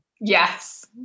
Yes